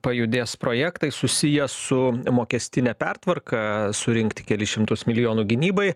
pajudės projektai susiję su mokestine pertvarka surinkti kelis šimtus milijonų gynybai